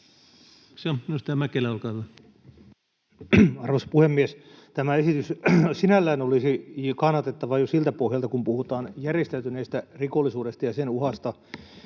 Arvoisa puhemies! Tämä esitys sinällään olisi kannatettava jo siltä pohjalta, kun puhutaan järjestäytyneestä rikollisuudesta ja sen uhasta